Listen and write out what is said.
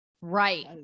Right